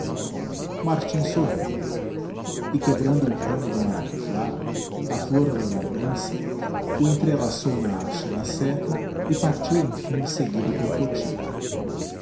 martim sorriu e quebrando um ramo do maracujá a flor da lembrança o entrelaçou na haste da seta e partiu enfim seguido por poti